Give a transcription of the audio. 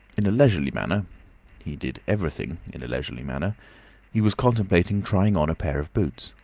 in a leisurely manner he did everything in a leisurely manner he was contemplating trying on a pair of boots.